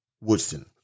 Woodson